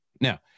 Now